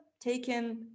taken